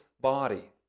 body